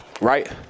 right